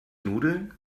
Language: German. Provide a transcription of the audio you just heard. nudeln